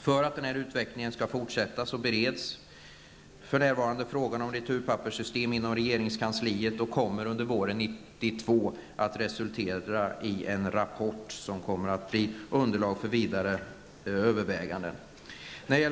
För att denna utveckling skall få fortsätta bereds för närvarande frågan om returpapperssystemet inom regeringskansliet. Det kommer under våren 1992 att resultera i en rapport, som kommer att utgöra underlag för vidare överväganden.